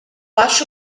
acho